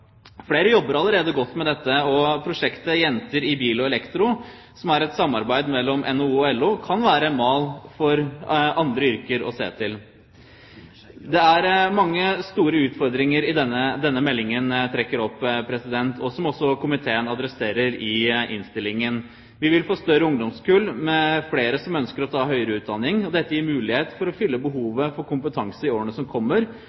Flere jobber allerede godt med dette, og prosjektet Jenter i Bil & Elektro, som er et samarbeid mellom NHO og LO, kan være en mal å se til for andre yrker. Det er mange store utfordringer denne meldingen trekker opp, og som også komiteen adresserer i innstillingen. Vi vil få større ungdomskull, med flere som ønsker å ta høyere utdanning. Dette gir mulighet for å fylle behovet for kompetanse i årene som kommer,